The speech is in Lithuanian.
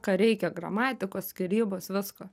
ką reikia gramatikos skyrybos visko